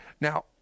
Now